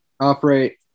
operate